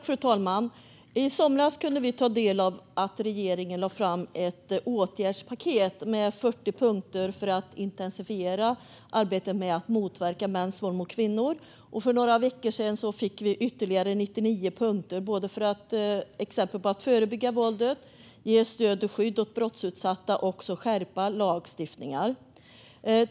Fru talman! I somras kunde vi ta del av ett åtgärdspaket med 40 punkter som regeringen lade fram för att intensifiera arbetet med att motverka mäns våld mot kvinnor. För några veckor sedan fick vi ytterligare 99 punkter för att förebygga våldet, ge stöd och skydd åt brottsutsatta och skärpa lagstiftningen.